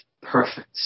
perfect